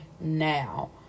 now